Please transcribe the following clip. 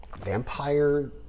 vampire